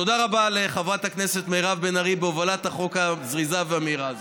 תודה רבה לחברת הכנסת מירב בן ארי על הובלת החוק הזריזה והמהירה הזו.